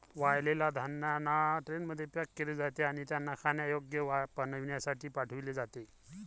वाळलेल्या धान्यांना ट्रेनमध्ये पॅक केले जाते आणि त्यांना खाण्यायोग्य बनविण्यासाठी पाठविले जाते